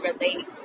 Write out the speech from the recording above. relate